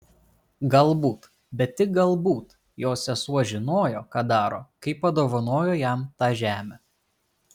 galbūt bet tik galbūt jo sesuo žinojo ką daro kai padovanojo jam tą žemę